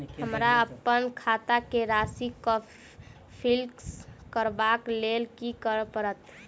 हमरा अप्पन खाता केँ राशि कऽ फिक्स करबाक लेल की करऽ पड़त?